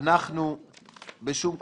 אנחנו בשום קונסטלציה,